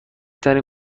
ترین